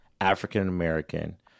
African-American